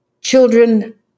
Children